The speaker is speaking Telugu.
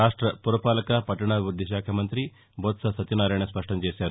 రాష్ట్ర పురపాలక పట్టణాభివృద్ధి శాఖ మంత్రి బొత్స సత్యనారాయణ స్పష్టంచేశారు